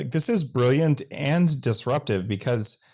this is brilliant and disruptive because,